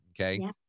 Okay